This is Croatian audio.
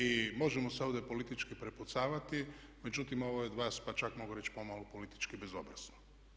I možemo se ovdje politički prepucavati međutim ovo je od vas pa čak mogu reći pomalo politički bezobrazno.